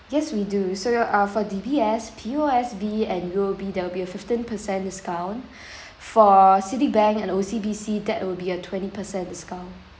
yes we do so your uh for D_B_S P_O_S_B and U_O_B there will be a fifteen percent discount for citibank and O_C_B_C that will be a twenty percent discount